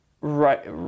Right